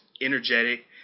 energetic